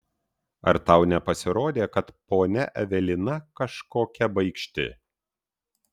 ar tau nepasirodė kad ponia evelina kažkokia baikšti